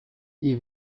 die